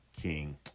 king